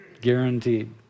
Guaranteed